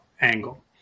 angle